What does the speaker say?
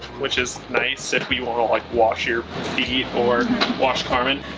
which is nice if we want to like wash your feet or wash garment.